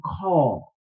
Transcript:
call